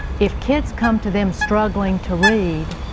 if kids come to them struggling to read,